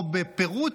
או בפירוט,